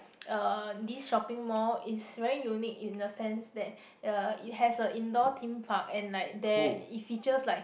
uh this shopping mall is very unique in the sense that uh it has a indoor theme park and like there it features like